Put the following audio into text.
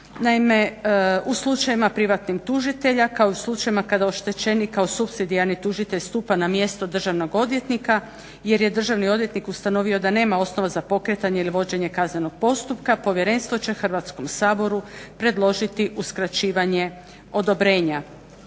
Naime u slučajevima privatnim tužitelja kao i u slučajevima kada oštećenik kao supsidijarni tužitelj stupa na mjesto državnog odvjetnika jer je državni odvjetnik utvrdio da nema osnova za pokretanje ili vođenje kaznenog postupka povjerenstvo će Hrvatskom saboru predložiti uskraćivanje odobrenja.